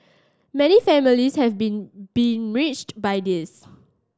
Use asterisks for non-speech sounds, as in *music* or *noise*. many families have been *unintelligible* by this